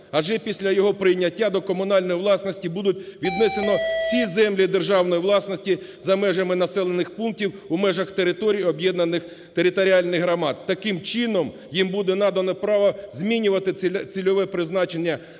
адже після його прийняття до комунальної власності будуть віднесені всі землі державної власності за межами населених пунктів у межах територій об'єднаних територіальних громад. Таким чином їм буде надано право змінювати цільове призначення